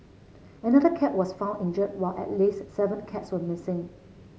another cat was found injured while at least seven cats are missing